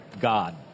god